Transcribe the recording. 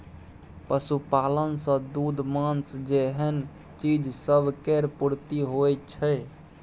पशुपालन सँ दूध, माँस जेहन चीज सब केर पूर्ति होइ छै